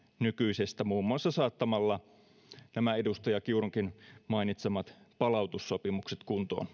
nykyisestä muun muassa saattamalla kuntoon nämä edustaja kiurunkin mainitsemat palautussopimukset